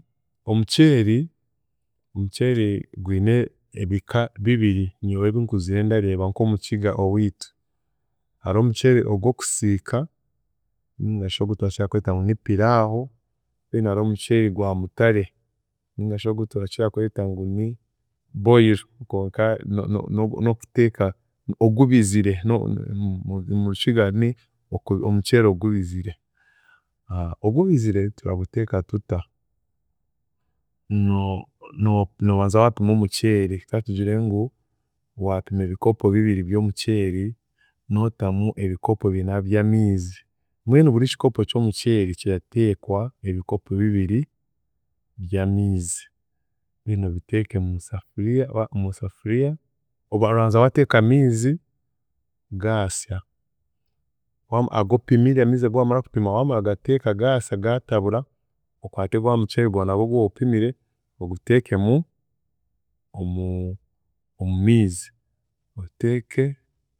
Omuceeri, omuceeri gwine ebika bibiri nyowe ebinkuzire ndareeba nk’Omukiga owiitu, hariho omuceeri ogw'okusiika ningashi oguturakira kweta ngu ni pillawo then hariho omuceeri gwa mutare ningashi oguturakira kweta ngu ni boil konka no- no- n'okuteeka ogubizire no- omu Rukiga ni- oku- n’omuceeri ogubizire ogubizire turaguteeka tuta? No- no- noobanza waapiima omuceeri, katugire ngu waapiima ebikopo bibiri by’omuceeri, nootamu ebikopo bina by’amiizi, mbwenu buri kikopo ky’omuceeri kirateekwa ebikopo bibiri bya miizi, then obiteeke mu- musafuriya, a- musafuriya, oba- orabanza waateeka amiizi, gaasa waama ag’opimire amiizi agu waamara kupima, waamara kugateeka gaasa gaatabura, okwate gwa muceeri gwawe nagwe ogu woopimire, oguteekemu omu- omumiizi oteeke.